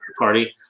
party